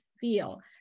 feel